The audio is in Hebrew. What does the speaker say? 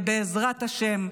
ובעזרת השם,